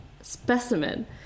specimen